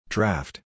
Draft